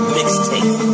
Mixtape